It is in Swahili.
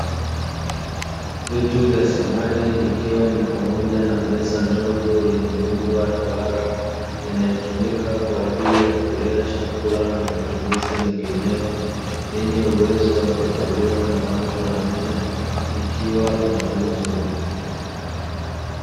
Vitu vya samani ikiwa ni pamoja na meza ndogo yenye muundo wa duara inayotumika kwa ajili ya kulia chakula na matumizi mengineyo, yenye uwezo wa kukaliwa na watu wa nne; ikiwa inauzwa.